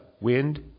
wind